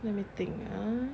let me think ah